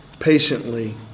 patiently